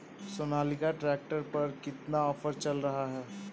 Sonalika tractor पर कितना offer चल रहा है?